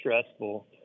stressful